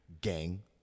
Gang